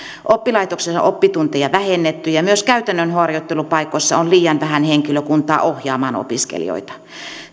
oppilaitoksien oppitunteja on vähennetty ja myös käytännön harjoittelupaikoissa on liian vähän henkilökuntaa ohjaamaan opiskelijoita